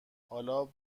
حالا